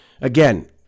Again